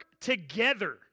together